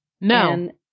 No